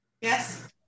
Yes